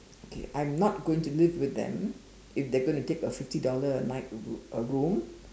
okay I'm not going to live with them if they are going to take a fifty dollar a night a room